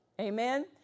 Amen